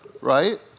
right